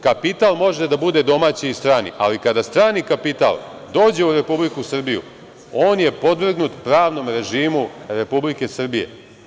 Kapital može da bude domaći i strani, ali kada strani kapital dođe u Republiku Srbiju, on je podvrgnut pravnom režimu Republike Srbije.